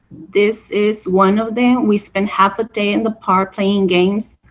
this is one of them. we spent half a day in the park playing games,